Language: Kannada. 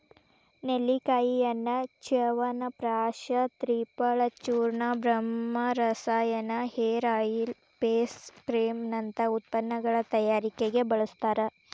ನೆಲ್ಲಿಕಾಯಿಯನ್ನ ಚ್ಯವನಪ್ರಾಶ ತ್ರಿಫಲಚೂರ್ಣ, ಬ್ರಹ್ಮರಸಾಯನ, ಹೇರ್ ಆಯಿಲ್, ಫೇಸ್ ಕ್ರೇಮ್ ನಂತ ಉತ್ಪನ್ನಗಳ ತಯಾರಿಕೆಗೆ ಬಳಸ್ತಾರ